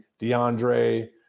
deandre